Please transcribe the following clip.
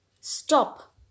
stop